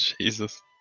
Jesus